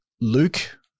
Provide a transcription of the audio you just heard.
luke